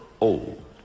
old